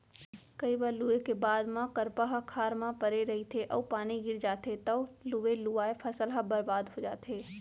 कइ बार लूए के बाद म करपा ह खार म परे रहिथे अउ पानी गिर जाथे तव लुवे लुवाए फसल ह बरबाद हो जाथे